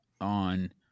on